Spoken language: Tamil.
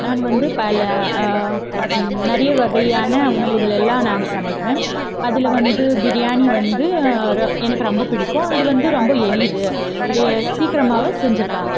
நான் வந்து பல நறிய வகையான உணவுகள் எல்லாம் நான் சமைக்குவன் அதில் வந்து பிரியாணி வந்து ர எனக்கு ரொம்ப பிடிக்கும் அது வந்து ரொம்ப எளிது ஏ சீக்கரமாகவே செஞ்சுருலாம்